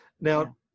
Now